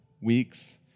weeks